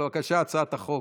אבל בבקשה, הצעת החוק.